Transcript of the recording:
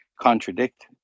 contradict